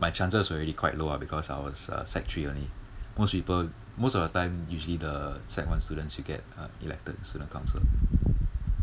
my chances were already quite low lah because I was sec three already most people most of the time usually the sec one students will get elected to student council